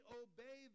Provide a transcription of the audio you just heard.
obey